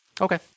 Okay